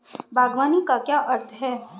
बागवानी का क्या अर्थ है?